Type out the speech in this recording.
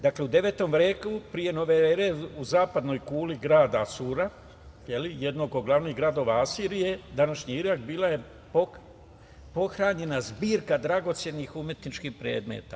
Dakle, u 9. veku pre nove ere u zapadnoj kuli grada Asura, jednog od glavnih gradova Asirije, današnji Irak, bila je pohranjena zbirka dragocenih umetničkih predmeta.